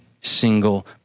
single